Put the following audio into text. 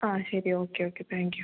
ശരി okay okay thank you